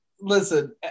listen